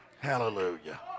Hallelujah